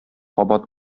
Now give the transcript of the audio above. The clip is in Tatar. кабат